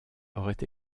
aurait